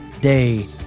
day